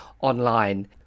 online